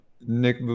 nick